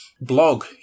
Blog